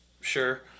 sure